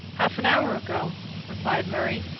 half an hour ago replied murray.